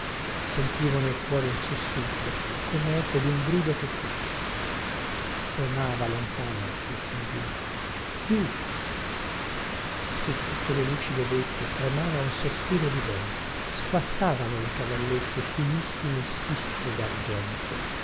sentivo nel cuore un sussulto comeco dun grido che fu sonava lontano il singulto chiù su tutte le lucide vette tremava un sospiro di vento squassavano le cavallette finissimi sistri dargento